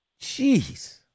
Jeez